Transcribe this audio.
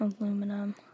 aluminum